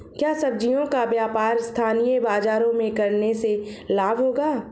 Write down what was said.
क्या सब्ज़ियों का व्यापार स्थानीय बाज़ारों में करने से लाभ होगा?